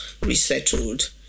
resettled